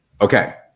Okay